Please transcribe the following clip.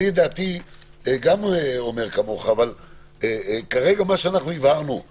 אני גם אומר כמוך, אבל בדיון הקודם